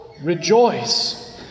rejoice